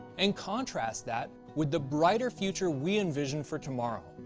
and contrast that with the brighter future we envision for tomorrow.